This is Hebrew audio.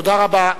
תודה רבה.